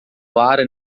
lara